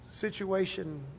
situation